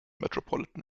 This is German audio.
metropolitan